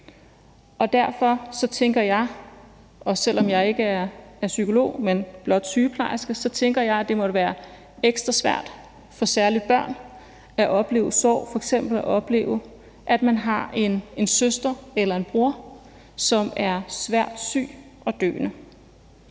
Derfor tænker jeg også, selv om jeg ikke er psykolog, men blot sygeplejerske, at det da må være ekstra svært for særlig børn at opleve sorg, f.eks. at opleve, at man har en søster eller en bror, som er svært syg og døende.